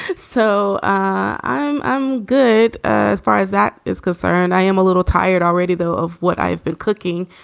so i'm i'm good as far as that is confirmed. i am a little tired already, though, of what i've been cooking,